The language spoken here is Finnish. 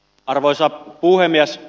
arvoisa puhemies